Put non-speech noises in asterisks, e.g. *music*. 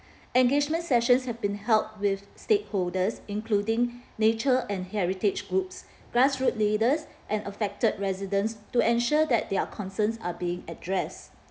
engagement sessions have been held with stakeholders including *breath* nature and heritage groups grassroot leaders and affected residents to ensure that their concerns are being addressed